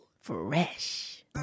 Fresh